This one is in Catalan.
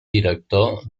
director